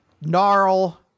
Gnarl